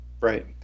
Right